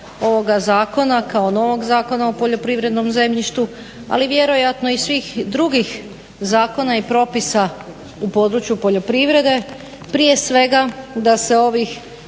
ovoga zakona kao novoga zakona o poljoprivrednom zemljištu ali vjerojatno i svih drugih zakona i propisa u području poljoprivrede. Prije svega da se ovih